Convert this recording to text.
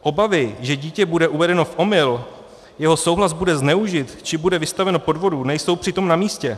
Obavy, že dítě bude uvedeno v omyl, jeho souhlas bude zneužit či bude vystaveno podvodu, nejsou přitom namístě.